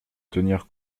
tenir